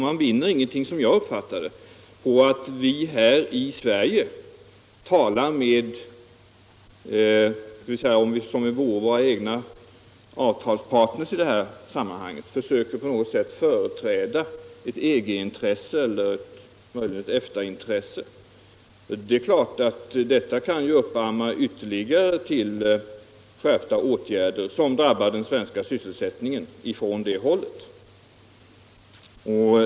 Man vinner enligt min uppfattning ingenting på att vi här i Sverige gör uttalanden som om vi vore våra egna avtalspartner i detta sammanhang och försöker att på något sätt företräda ett EG-intresse eller möjligen ett EFTA-intresse. Det skulle ju kunna ge anledning till ytterligare skärpta åtgärder från det hållet, som skulle drabba den svenska sysselsättningen.